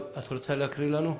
את רוצה להקריא לנו?